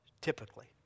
typically